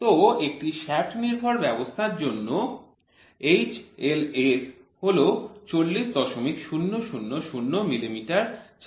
তো একটি শ্য়াফ্ট নির্ভর ব্যবস্থার জন্য HLS হল ৪০০০০ মিলিমিটার ছাড়া কিছুই নয়